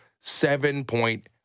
seven-point